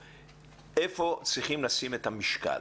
איפה צריכים לשים את המשקל